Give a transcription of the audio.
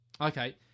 Okay